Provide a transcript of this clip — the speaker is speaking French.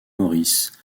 morris